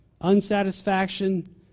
unsatisfaction